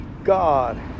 God